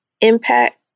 impact